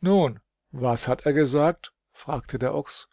nun was hat er gesagt fragte der ochs